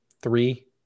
three